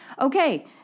Okay